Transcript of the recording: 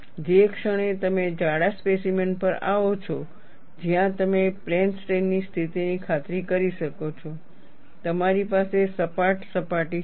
જે ક્ષણે તમે જાડા સ્પેસીમેન પર આવો છો જ્યાં તમે પ્લેન સ્ટ્રેઇન ની સ્થિતિની ખાતરી કરી શકો છો તમારી પાસે સપાટ સપાટી હશે